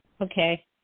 Okay